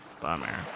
Bummer